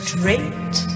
Straight